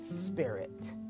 spirit